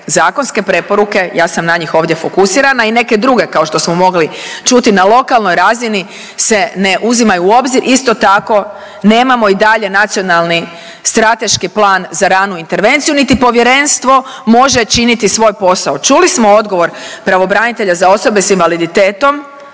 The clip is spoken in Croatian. zakonske preporuke, ja sam na njih ovdje fokusirana i neke druge kao što smo mogli čuti na lokalnoj razini se ne uzimaju u obzir. Isto tako nemamo i dalje nacionalni strateški plan za ranu intervenciju niti povjerenstvo može činiti svoj posao. Čuli smo odgovor pravobranitelja za osobe s invaliditetom